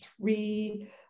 three